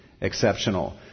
exceptional